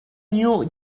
new